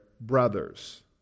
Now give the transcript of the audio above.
brothers